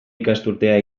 ikasturtea